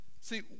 See